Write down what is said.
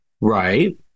Right